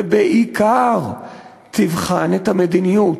ובעיקר תבחן את המדיניות.